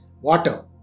Water